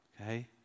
Okay